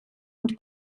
und